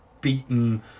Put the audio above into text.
beaten